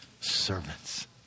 servants